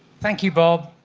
thank you bob,